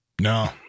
No